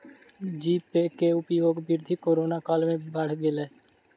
जी Pay के उपयोगक वृद्धि कोरोना काल में बड़ भेल